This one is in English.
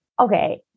Okay